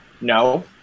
no